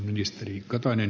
arvoisa puhemies